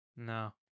No